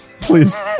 Please